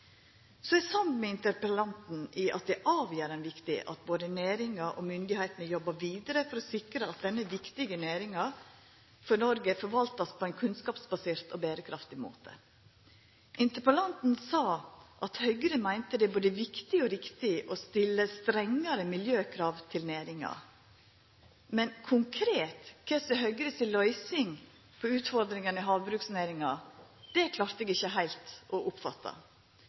er samd med interpellanten i at det er avgjerande viktig at både næringa og myndigheitene jobbar vidare for å sikra at denne viktige næringa for Noreg vert forvalta på ein kunnskapsbasert og berekraftig måte. Interpellanten sa at Høgre meinte det er både viktig og riktig å stilla strengare miljøkrav til næringa. Men konkret kva som er Høgre si løysing på utfordringane i havbruksnæringa, klarte eg ikkje heilt å oppfatta